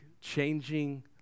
changing